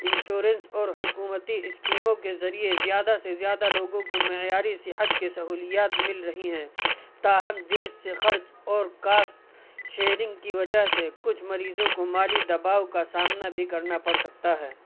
insurance اور حکومتی اسکیموں کے ذریعے زیادہ سے زیادہ لوگوں کو معیاری صحت کے سہولیات مل رہی ہیں تاہم جیب سے خرچ اور کاست شیرنگ کی وجہ سے کچھ مریضوں کو مالی دباؤ کا سامنا بھی کرنا پڑ سکتا ہے